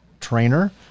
trainer